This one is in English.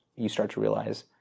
you start to realize,